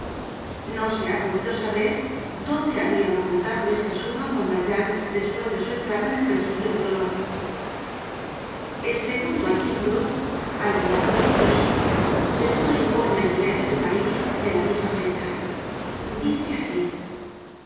no se ha podido saber dónde habia ocul tado esta suma juan valjean despues de su entrada en el presidio de tolon el segundo artículo algo mas minucioso se publicó en el diario de parís de la misma fecha dice así